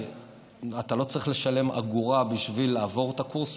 ואתה לא צריך לשלם אגורה בשביל לעבור את הקורס,